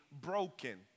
Broken